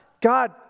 God